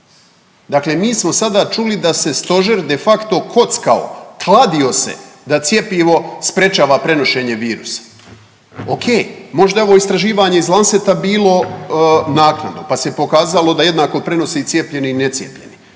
Dakle mi smo sada čuli da se stožer de facto kockao, kladio se da cjepivo sprječava prenošenje virusa. Ok možda je ovo istraživanje iz Lanceta bilo naknadno pa se pokazalo da jednako prenose i cijepljeni i necijepljeni.